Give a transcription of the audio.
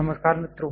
नमस्कार मित्रों